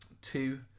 two